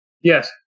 Yes